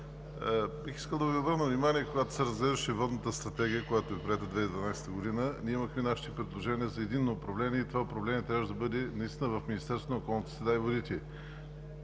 искал да Ви обърна внимание когато се разглеждаше Водната стратегия, приета през 2012 г., ние имахме нашите предложения за единно управление и то трябваше да бъде наистина в Министерството на околната среда и водите.